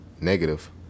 negative